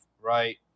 right